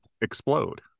explode